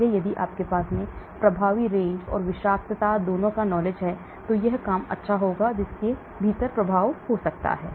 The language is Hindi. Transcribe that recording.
इसलिए यदि आपके पास प्रभावी रेंज और विषाक्त है तो यह काम करना अच्छा होगा जिसके भीतर प्रभावी हो सकता है